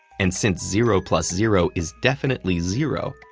and since zero plus zero is definitely zero,